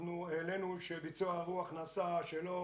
אנחנו העלינו שביצוע האירוח נעשה שלא